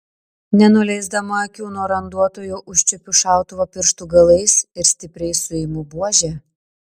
nenuleisdama akių nuo randuotojo užčiuopiu šautuvą pirštų galais ir stipriai suimu buožę